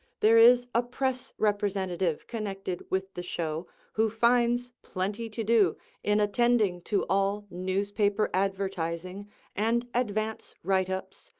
there is a press representative connected with the show who finds plenty to do in attending to all newspaper advertising and advance writeups,